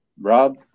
Rob